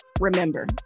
remember